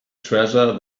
treasure